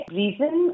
reason